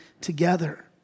together